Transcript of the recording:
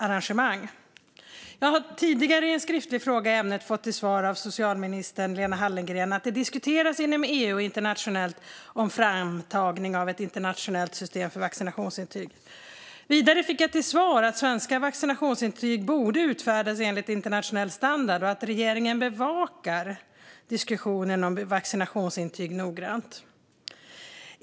Jag har tidigare i en skriftlig fråga i ämnet fått till svar av socialminister Lena Hallengren att framtagning av ett internationellt system för vaccinationsintyg diskuteras inom EU och internationellt. Vidare fick jag till svar att svenska vaccinationsintyg borde utfärdas enligt internationell standard och att regeringen bevakar diskussionen om vaccinationsintyg noggrant.